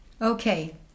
Okay